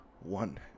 One